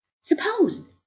suppose